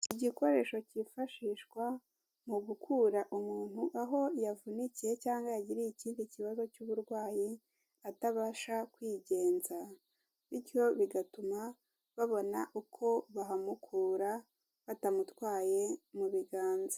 Igikoresho cyifashishwa mu gukura umuntu aho yavunikiye cyangwa yagiriye ikindi kibazo cy'uburwayi atabasha kwigenza, bityo bigatuma babona uko bahamukura batamutwaye mu biganza.